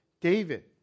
David